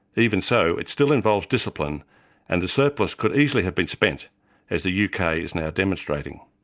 even so, it still involves discipline and the surplus could easily have been spent as the yeah uk ah is now demonstrating.